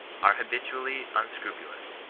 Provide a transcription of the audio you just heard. are habitually unscrupulous.